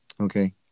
Okay